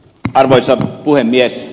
arvoisa puhemies